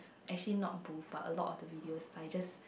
actually not both but a lot of the videos I just